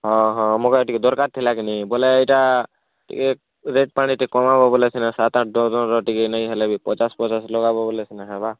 ହଁ ହଁ ମୋର୍ ଟିକେ ଦରକାର୍ ଥିଲା କିନି ବୋଲେ ଏଇଟା ଟିକେ ରେଟ୍ ପାଣି ଟିକେ କମାବା ବୋଲେ ସିନା ସାତ୍ ଆଠ୍ ଡ଼ର୍ଜନ୍ଟା ଟିକେ ନେଇହେଲେ ବି ପଚାଶ୍ ପଚାଶ୍ ଲଗାବ ବୋଲେ ସିନା ହେବା